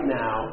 now